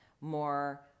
more